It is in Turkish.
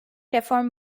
reform